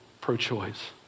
pro-choice